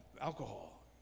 alcohol